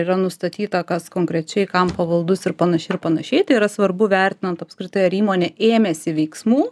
yra nustatyta kas konkrečiai kam pavaldus ir panašiai ir panašiai tai yra svarbu vertinant apskritai ar įmonė ėmėsi veiksmų